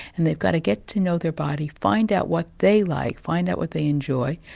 and they've got to get to know their body, find out what they like, find out what they enjoy,